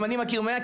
אם אני מכיר מאה,